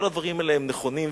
כל הדברים האלה הם נכונים,